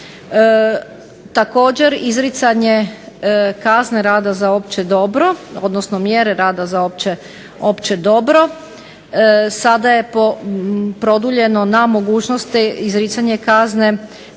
Također izricanje kazne rada za opće dobro odnosno mjere rada za opće dobro, sada je produljeno na mogućnosti izricanje kazne